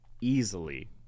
easily